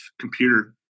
computer